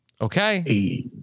Okay